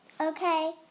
Okay